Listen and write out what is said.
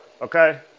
okay